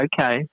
Okay